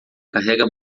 carrega